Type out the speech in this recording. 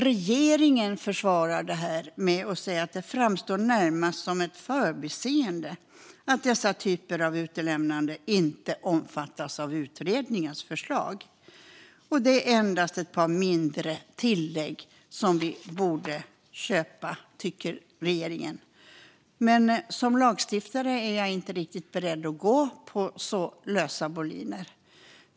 Regeringen försvarar detta med att säga att det närmast framstår som ett förbiseende att dessa typer av utlämnande inte omfattas av utredningens förslag. Det är endast ett par mindre tillägg, som vi borde köpa, tycker regeringen. Som lagstiftare är jag dock inte beredd att gå på så lösa boliner.